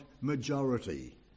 majority